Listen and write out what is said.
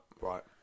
Right